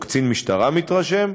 או קצין משטרה מתרשם,